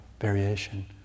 variation